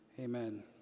amen